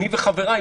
אני וחבריי,